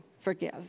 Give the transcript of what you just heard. forgive